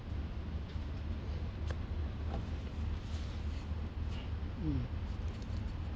mm